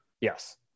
Yes